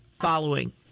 following